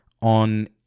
on